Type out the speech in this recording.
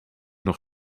nog